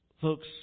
Folks